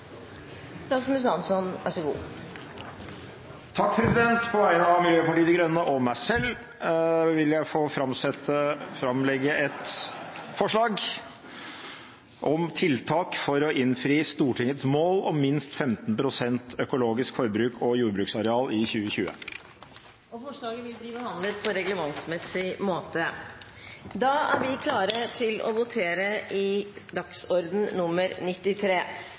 På vegne av Miljøpartiet De Grønne og meg selv vil jeg framsette et forslag om tiltak for å innfri Stortingets mål om minst 15 pst. økologisk forbruk og jordbruksareal innen 2020. Forslaget vil bli behandlet på reglementsmessig måte. Da er vi klare til å gå til votering. Under debatten er det satt fram i